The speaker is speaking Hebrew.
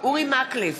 אורי מקלב,